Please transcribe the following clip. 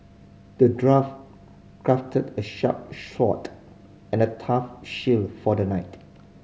the dwarf crafted a sharp sword and a tough shield for the knight